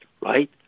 right